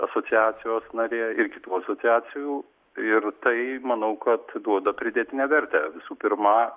asociacijos narė ir kitų asociacijų ir tai manau kad duoda pridėtinę vertę visų pirma